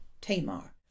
Tamar